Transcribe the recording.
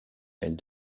elle